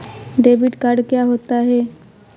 Debit card क्या होता है?